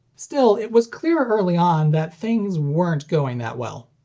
still, it was clear early on that things weren't going that well.